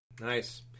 Nice